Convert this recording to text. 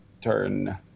turn